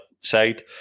side